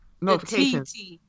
notifications